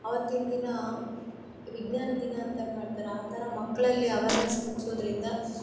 ಆವತ್ತಿನ ದಿನ ವಿಜ್ಞಾನ ದಿನ ಅಂತ ಮಾಡ್ತಾರೆ ಆಥರ ಮಕ್ಕಳಲ್ಲಿ ಅವೆರ್ನಸ್ ಮೂಡಿಸೋದ್ರಿಂದ